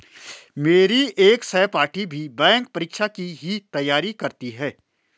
मेरी एक सहपाठी भी बैंक परीक्षा की ही तैयारी करती है